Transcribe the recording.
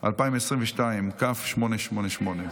2022, כ/888.